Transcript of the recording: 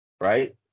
Right